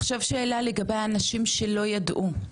עכשיו שאלה לגבי האנשים שלא ידעו,